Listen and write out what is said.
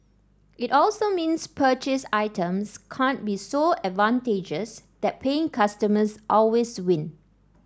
it also means purchased items can't be so advantageous that paying customers always win